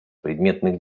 предметных